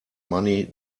money